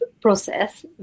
process